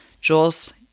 Jules